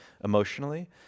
emotionally